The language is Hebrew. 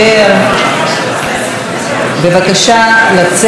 בבקשה לצאת ולעשות את זה מחוץ לאולם.